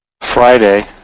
Friday